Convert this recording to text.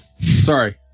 Sorry